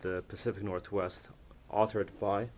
the pacific northwest authored by